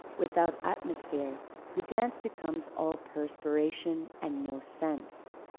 without atmosphere the dance becomes all perspiration and no sense.